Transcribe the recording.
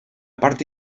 parte